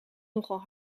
nogal